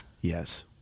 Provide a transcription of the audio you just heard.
Yes